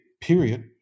period